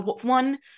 One